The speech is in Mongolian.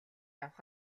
авах